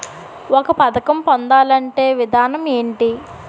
ఒక పథకం పొందాలంటే విధానం ఏంటి?